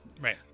Right